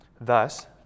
Thus